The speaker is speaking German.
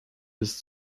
des